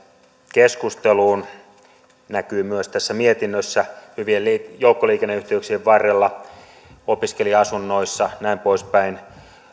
keskusteluun se näkyy myös tässä mietinnössä hyvien joukkoliikenneyhteyksien varrella opiskelija asunnoissa näin poispäin